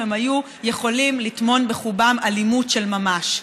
היו יכולים לטמון בחובם אלימות של ממש.